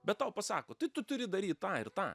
bet tau pasako tai tu turi daryt tą ir tą